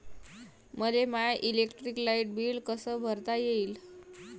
मले माय electric light bill कस भरता येईल?